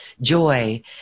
joy